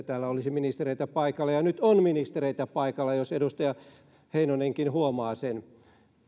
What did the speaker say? täällä olisi ministereitä paikalla ja nyt on ministereitä paikalla jos edustaja heinonenkin huomaa sen